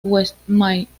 westminster